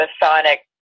Masonic